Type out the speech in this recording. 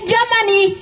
Germany